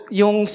yung